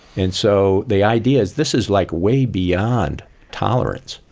and so the idea is this is like way beyond tolerance.